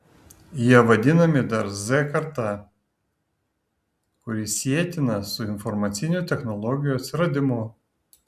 jie vadinami dar z karta kuri sietina su informacinių technologijų atsiradimu